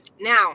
now